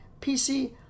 PC